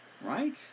Right